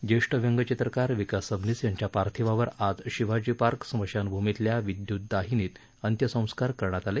ज्येष्ठ व्यंगचित्रकार विकास सबनीस यांच्या पार्थिवावर आज शिवाजी पार्क स्मशानभूमीतल्या विद्युत दाहिनीत अंत्यसंस्कार करण्यात आले